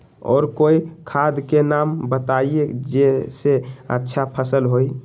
और कोइ खाद के नाम बताई जेसे अच्छा फसल होई?